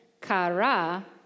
kara